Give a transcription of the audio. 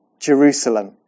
Jerusalem